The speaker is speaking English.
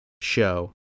show